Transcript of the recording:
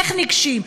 איך ניגשים,